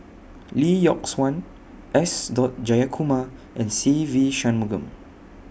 Lee Yock Suan S Dot Jayakumar and Se Ve Shanmugam